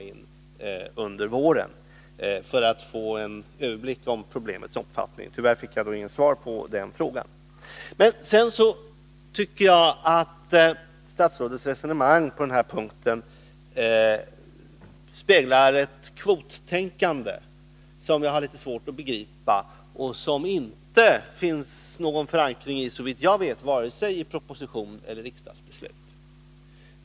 Jag ställde denna fråga för att få en överblick över problemets omfattning, men jag fick inget svar på den frågan. Sedan tycker jag att statsrådets resonemang på den här punkten speglar ett kvottänkande, som jag har litet svårt att begripa och som det, såvitt jag vet, "inte finns någon förankring för i vare sig proposition eller riksdagsbeslut.